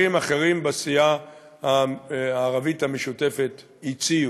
אחרים בסיעה הערבית המשותפת הציעו.